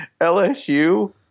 LSU